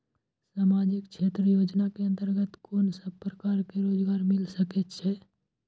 सामाजिक क्षेत्र योजना के अंतर्गत कोन सब प्रकार के रोजगार मिल सके ये?